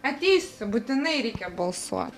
ateisiu būtinai reikia balsuot